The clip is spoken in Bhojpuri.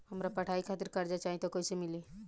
हमरा पढ़ाई खातिर कर्जा चाही त कैसे मिली?